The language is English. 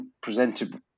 presented